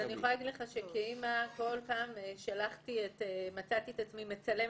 אז אני יכולה להגיד לך שכאימא כל פעם שלחתי מצאתי את עצמי מצלמת.